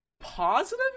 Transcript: positive